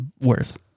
Worse